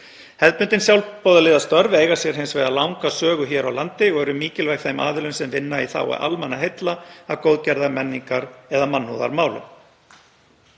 Hefðbundin sjálfboðaliðastörf eiga sér hins vegar langa sögu hér á landi og eru mikilvæg þeim aðilum sem vinna í þágu almannaheilla að góðgerðar-, menningar- eða mannúðarmála.